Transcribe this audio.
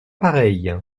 pareil